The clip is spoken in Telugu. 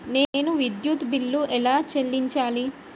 నేను విద్యుత్ బిల్లు ఎలా చెల్లించాలి?